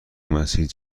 مسیر